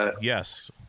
yes